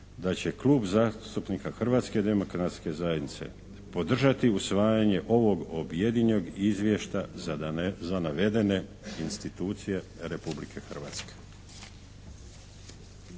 da će Klub zastupnika Hrvatske demokratske zajednice podržati usvajanje ovog objedinjenog izvješća za navedene institucije Republike Hrvatske.